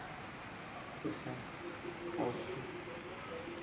इसभ होइ छै